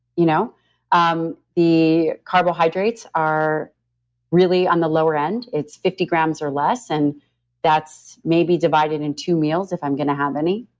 you know um the carbohydrates are really on the lower end. it's fifty grams or less and that's maybe divided in two meals if i'm going to have any.